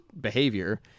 behavior